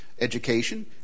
education